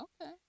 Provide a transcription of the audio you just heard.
Okay